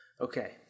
Okay